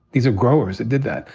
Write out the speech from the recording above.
these are growers that did that,